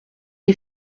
les